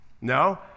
No